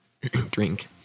drink